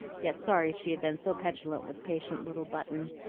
yet sorry she had been so petulant with patient little button,